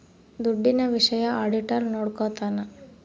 ದುಡ್ಡಿನ ವಿಷಯ ಆಡಿಟರ್ ನೋಡ್ಕೊತನ